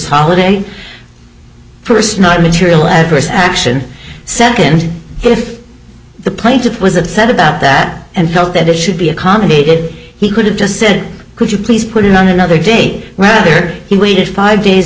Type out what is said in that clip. holiday first not material adverse action second if the plaintiff was upset about that and felt that it should be accommodated he could have just said could you please put it on another date rather he waited five days